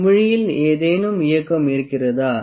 குமிழியில் ஏதேனும் இயக்கம் இருக்கிறதா